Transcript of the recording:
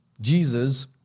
Jesus